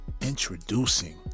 Introducing